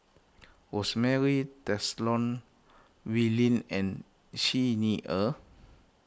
Rosemary Tessensohn Wee Lin and Xi Ni Er